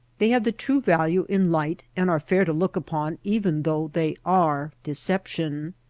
they have the true value in light, and are fair to look upon even though they are deception.